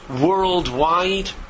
worldwide